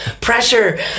pressure